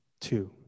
two